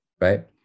right